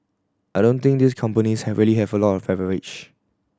I don't think these companies have really have a lot of